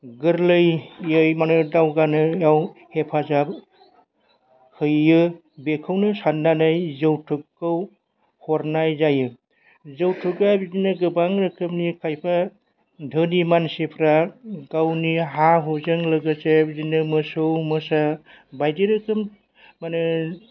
गोरलैयै माने दावगानायाव हेफाजाब होयो बेखौनो साननानै जौथुकखौ हरनाय जायो जौथुकआ बिदिनो गोबां रोखोमनि खायफा धोनि मानसिफोरा गावनि हा हुजों लोगोसे बिदिनो मोसौ मोसा बायदि रोखोम माने